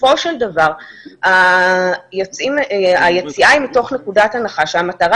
בסופו של דבר היציאה היא מתוך נקודת הנחה שהמטרה